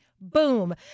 Boom